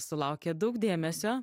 sulaukė daug dėmesio